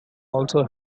also